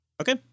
Okay